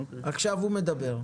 עכשיו הוא מדבר.